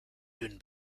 dünn